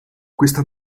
questa